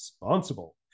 responsible